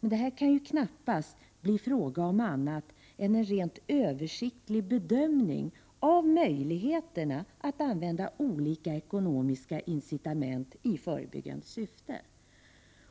Men det här kan knappast bli fråga om annat än en rent översiktlig bedömning av möjligheterna att använda olika ekonomiska incitament i förebyggande syfte.